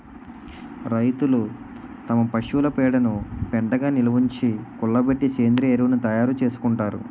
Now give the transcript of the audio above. రైతులు తమ పశువుల పేడను పెంటగా నిలవుంచి, కుళ్ళబెట్టి సేంద్రీయ ఎరువును తయారు చేసుకుంటారు